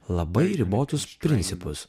labai ribotus principus